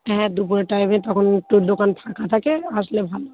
হ্যাঁ দুপুরের টাইমে তখন একটু দোকান ফাঁকা থাকে আসলে ভালো